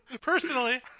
personally